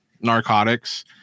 narcotics